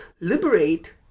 liberate